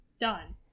Done